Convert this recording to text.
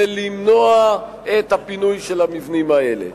ולמנוע את הפינוי של המבנים האלה.